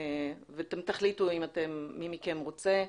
תחליטו מי מכם רוצה.